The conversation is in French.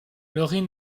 lorin